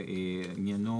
עניינו